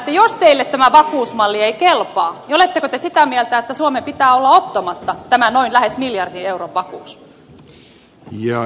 jos teille tämä vakuusmalli ei kelpaa niin oletteko te sitä mieltä että suomen pitää olla ottamatta tämä lähes miljardin euron vakuus